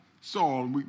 Saul